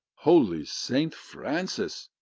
holy saint francis!